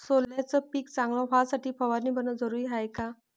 सोल्याचं पिक चांगलं व्हासाठी फवारणी भरनं जरुरी हाये का?